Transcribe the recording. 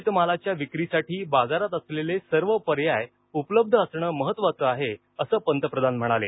शेतमालाच्या विक्रीसाठी बाजारात असलेलेल सर्व पर्याय उपलब्ध असणं महत्त्वाचं आहे असं पंतप्रधान म्हणाले